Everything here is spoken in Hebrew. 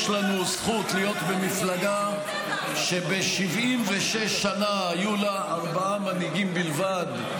יש לנו זכות להיות במפלגה שב-76 שנה היו לה ארבעה מנהיגים בלבד,